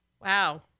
Wow